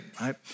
right